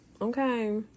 okay